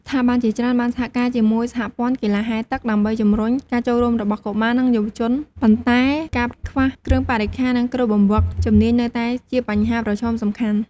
ស្ថាប័នជាច្រើនបានសហការជាមួយសហព័ន្ធកីឡាហែលទឹកដើម្បីជំរុញការចូលរួមរបស់កុមារនិងយុវជន ប៉ុន្តែការខ្វះគ្រឿងបរិក្ខារ និងគ្រូបង្វឹកជំនាញនៅតែជាបញ្ហាប្រឈមសំខាន់។